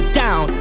down